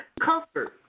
comfort